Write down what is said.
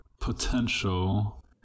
potential